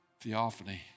theophany